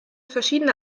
verschiedene